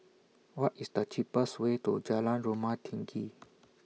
What IS The cheapest Way to Jalan Rumah Tinggi